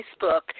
Facebook